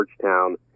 Georgetown